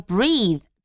Breathe